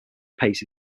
paste